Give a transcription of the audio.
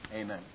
Amen